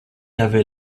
avait